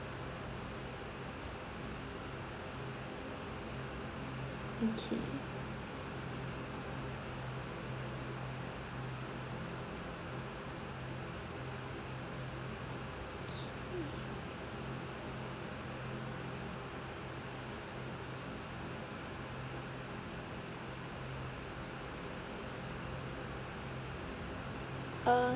okay okay uh